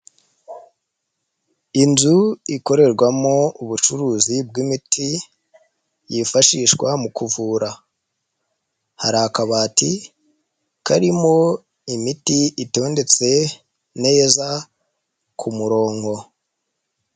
Inzu ikorerwamo ubucuruzi bw'imiti, yifashishwa mu kuvura, hari kabati karimo imiti itondetse neza ku murongo.